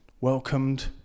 welcomed